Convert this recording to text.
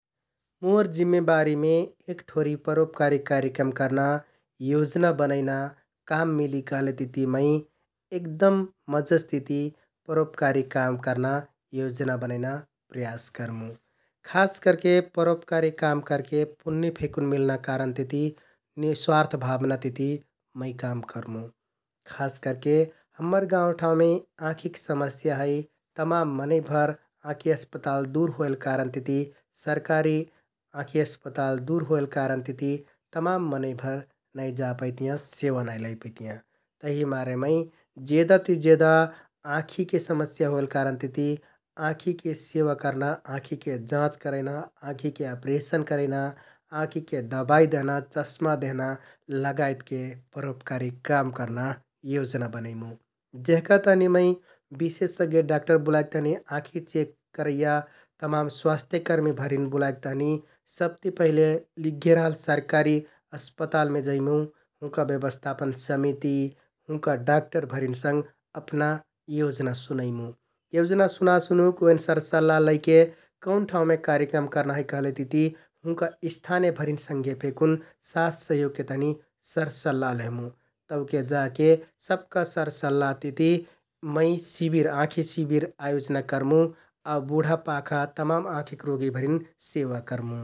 मोर जिम्मेवारीमे एक ठोरि परोपकारी कार्यक्रम करना योजन बनैना काम मिलि कहलतिति मै एगदम मजसतिति परोपकारी काम करना योजना बनैना प्रयास करमुँ । खास करके परोपकारी काम करके पुन्य फेकुन मिल्ना कारण तिति निस्वार्थ भावना तिति मै काम करमुँ । खास करके हम्मर गाउँ, ठाउँमे आँखिक समस्या है । तमाम मनैंभर आँखि अस्पताल दुर होइल कारणतिति, सरकारी आँखि अस्पताल दुर होइल कारणतिति तमान मनैंभर नाइ जा पैतियाँ, सेवा नाइ लैपैतियाँ । तहिमारे मै जेदा ति जेदा आँखिके समस्या होइल कारण तिति आँखिके सेवा करना, आँखिके जाँच करैना, आँखिके अप्रेसन करैना, आँखिके दबाइ दहना, चश्मा देहना लगायतके परोपकारी काम करना योजना बनैमुँ । जेहका तहनि मै बिशेषज्ञ डाक्टर बुलाइक तहनि आँखि चेक करैया तमाम स्वास्थ्यकर्मीभरिन बुलाइक तहनि सबति पहिले लिग्घे रहल सरकारी अस्पतालमे जैमुँ । हुँवा ब्यवस्थापन समिति, हुँवा डाक्टरभरिन सँग अपना योजना सुनैमुँ । योजना सुना सुनुक ओइन सरसल्लाह लैके कौन ठाउँमे कार्यक्रम करना है कहलेतिति हुँका स्थानीयभरिन संघे फेकुन साथ, सहयोगके तहनि सरसल्लाह लेहमुँ । तौके जाके सबका सरसल्लाह तिति मै शिविर, आँखि शिविर आयोजना करमुँ आउ बुढापाखा तमान आँखिक रोगिभरिन सेवा करमुँ ।